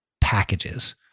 packages